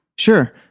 Sure